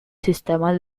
sistema